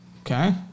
Okay